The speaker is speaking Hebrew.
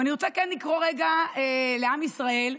ואני רוצה כן לקרוא רגע לעם ישראל,